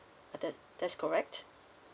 ah that that's correct